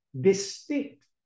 distinct